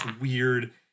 weird